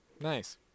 Nice